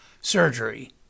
surgery